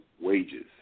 wages